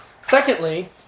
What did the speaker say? Secondly